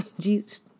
Jesus